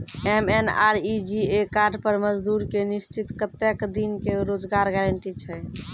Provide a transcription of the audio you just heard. MNREGA card पर मजदुर के निश्चित कत्तेक दिन के रोजगार गारंटी छै?